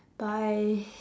by